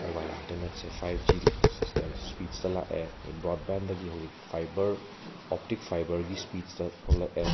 mobile ꯏꯟꯇꯔꯅꯦꯠꯁꯦ five G system ꯁ꯭ꯄꯤꯗꯇ ꯂꯥꯛꯑꯦ ꯑꯗꯩ ꯕ꯭ꯔꯣꯗꯕꯦꯟꯗꯒꯤ ꯍꯧꯖꯤꯛ ꯐꯥꯏꯕꯔ ꯑꯣꯞꯇꯤꯛ ꯐꯥꯏꯕꯔꯒꯤ ꯁ꯭ꯄꯤꯗ꯭ꯁꯇ ꯊꯣꯛꯂꯛꯑꯦ